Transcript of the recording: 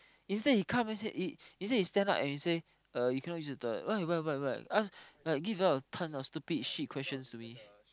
instead he come and say he he say he stand up and say uh you cannot use the toilet why why why why like give a lot of ton of stupid questions to me